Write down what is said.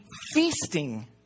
feasting